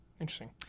Interesting